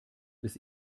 bis